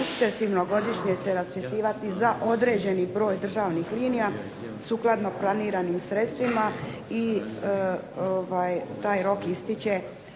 se godišnje raspisivati za određeni broj državnih linija sukladno planiranim sredstvima i taj rok ističe